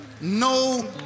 No